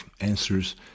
answers